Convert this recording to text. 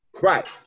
right